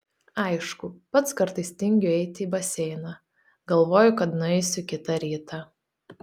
aišku pats kartais tingiu eiti į baseiną galvoju kad nueisiu kitą rytą